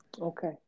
Okay